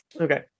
Okay